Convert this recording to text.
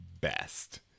best